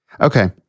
Okay